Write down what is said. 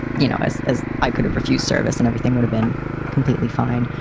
you know, as as i couldn't refuse service and everything would've been completely fine.